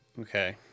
Okay